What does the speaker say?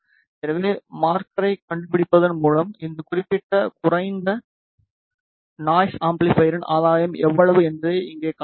எனவே மார்க்கரைக் கண்டுபிடிப்பதன் மூலம் இந்த குறிப்பிட்ட குறைந்த நாய்ஸ் அம்பிளிபைரின் ஆதாயம் எவ்வளவு என்பதை இங்கே காணலாம்